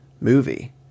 movie